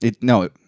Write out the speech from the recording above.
No